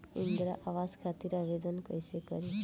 इंद्रा आवास खातिर आवेदन कइसे करि?